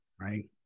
right